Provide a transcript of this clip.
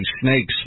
Snake's